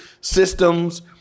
systems